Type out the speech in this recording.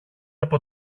από